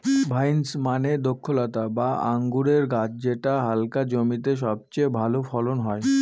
vines মানে দ্রক্ষলতা বা আঙুরের গাছ যেটা হালকা জমিতে সবচেয়ে ভালো ফলন হয়